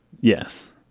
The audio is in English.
yes